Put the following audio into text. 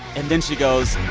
and then she goes.